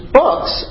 books